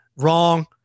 wrong